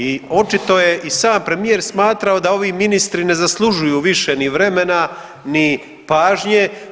I očito je i sam premijer smatrao da ovi ministri ne zaslužuju više ni vremena, ni pažnje.